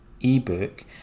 eBook